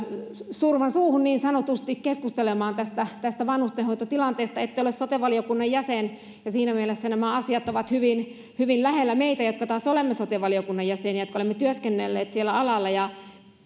surman suuhun niin sanotusti keskustelemaan tästä tästä vanhustenhoitotilanteesta ette ole sote valiokunnan jäsen ja siinä mielessä nämä asiat ovat hyvin hyvin lähellä meitä jotka taas olemme sote valiokunnan jäseniä jotka olemme työskennelleet siellä alalla ja